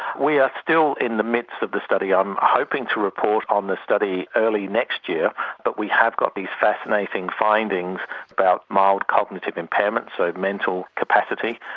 we are still in the midst of the study. i'm hoping to report on the study early next year but we have got these fascinating findings about mild cognitive impairment, so mental capacity,